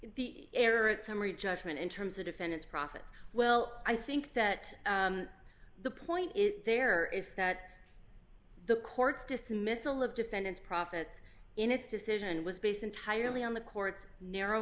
the air or at summary judgment in terms of defendant's profits well i think that the point is there is that the court's dismissal of defendant's profits in its decision was based entirely on the court's narrow